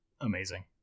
Amazing